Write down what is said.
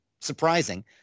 surprising